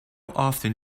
often